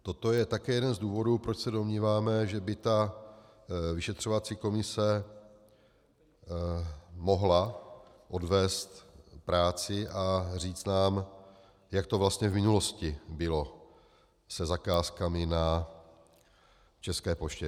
Toto je také jeden z důvodů, proč se domníváme, že by vyšetřovací komise mohla odvést práci a říct nám, jak to vlastně v minulosti bylo se zakázkami na České poště.